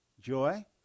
joy